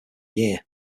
year